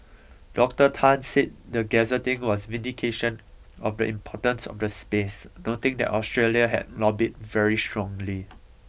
Doctor Tan said the gazetting was vindication of the importance of the space noting that Australia had lobbied very strongly